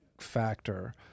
factor